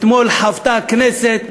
אתמול חוותה הכנסת,